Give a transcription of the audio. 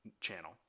channel